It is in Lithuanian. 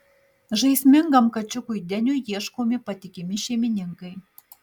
žaismingam kačiukui deniui ieškomi patikimi šeimininkai